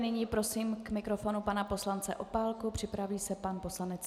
Nyní prosím k mikrofonu pana poslance Opálku, připraví se pan poslanec Stanjura.